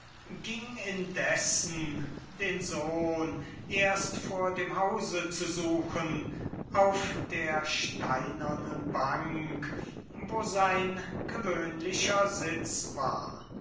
ging indessen den sohn erst vor dem hause zu suchen auf der steinernen bank wo sein gewöhnlicher sitz war